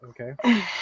Okay